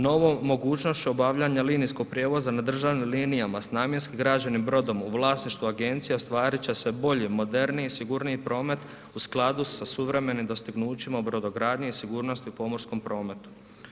Novom mogućnošću obavljanja linijskog prijevoza na državnim linijama s namjenski građenim brodom u vlasništvu agencija ostvarit će se bolji, moderniji i sigurniji promet u skladu sa suvremenim dostignućima u brodogradnji i sigurnosti u pomorskom prometu.